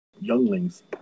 younglings